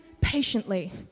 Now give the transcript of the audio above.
patiently